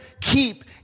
keep